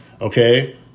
okay